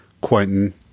Quentin